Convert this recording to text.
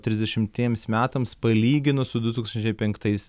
trisdešimtiems metams palyginus su du tūkstančiai penktais